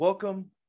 Welcome